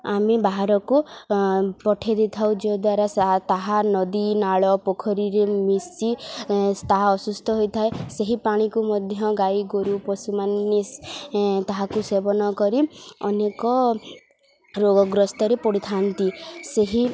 ଆମେ ବାହାରକୁ ପଠାଇ ଦେଇଥାଉ ଯଦ୍ୱାରା ସା ତାହା ନଦୀ ନାଳ ପୋଖରୀରେ ମିଶି ତାହା ଅସୁସ୍ଥ ହୋଇଥାଏ ସେହି ପାଣିକୁ ମଧ୍ୟ ଗାଈ ଗୋରୁ ପଶୁମାନେ ତାହାକୁ ସେବନ କରି ଅନେକ ରୋଗଗ୍ରସ୍ତରେ ପଡ଼ିଥାନ୍ତି ସେହି